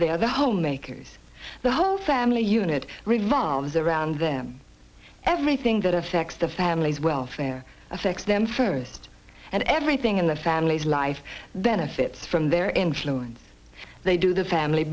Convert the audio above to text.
are the homemakers the whole family unit revolves around them everything that affects the family's welfare affects them first and everything in the family's life benefits from their influence they do the family